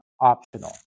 optional